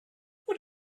what